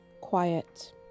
quiet